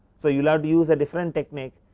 so, you will have to use the different technique,